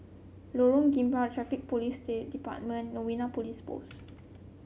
Lorong Gambir Traffic Police Day Department Novena Police Post